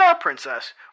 princess